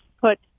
put